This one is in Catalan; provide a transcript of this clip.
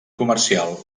comercial